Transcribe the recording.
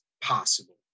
possible